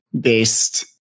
based